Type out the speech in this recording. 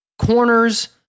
corners